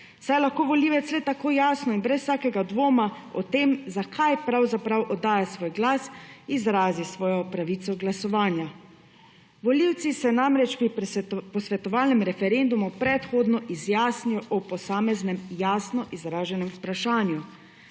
saj lahko volivec le tako jasno in brez vsakega dvoma o tem zakaj pravzaprav oddaja svoj glas izrazi svojo pravico glasovanja. Volivci se namreč pri posvetovalnemu referendumu predhodno izjasnijo o posameznem jasno izraženem vprašanju,